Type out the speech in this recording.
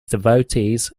devotees